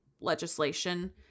legislation